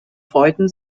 freuten